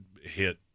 hit –